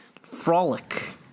Frolic